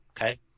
Okay